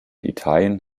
italien